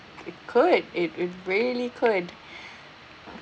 it could it it really could